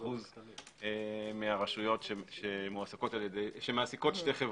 90% מהרשויות שמעסיקות שתי חברות.